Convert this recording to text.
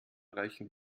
reichen